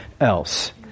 else